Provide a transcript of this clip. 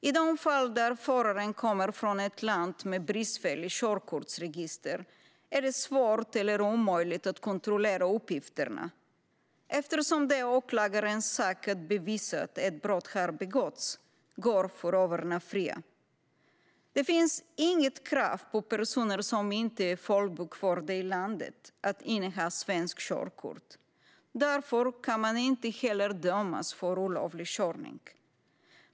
I de fall där föraren kommer från ett land med bristfälligt körkortsregister är det svårt eller omöjligt att kontrollera uppgifterna. Eftersom det är åklagarens sak att bevisa att ett brott har begåtts går förarna fria. Det finns inget krav på personer som inte är folkbokförda i landet att inneha svenskt körkort. Därför kan man inte heller dömas för olovlig körning.